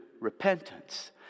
repentance